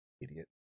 Idiot